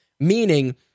meaning